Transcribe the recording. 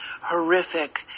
horrific